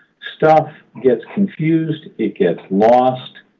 stuff gets confused, it gets lost.